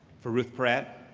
for ruth porat,